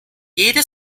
jede